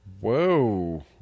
Whoa